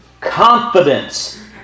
confidence